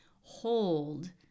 hold